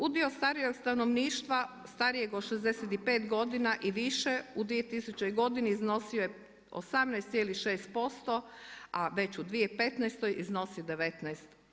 Udio starijeg stanovništva, starijeg od 65 godina i više, u 2000. godini iznosio je 18,6% a već u 2015. iznosi 19%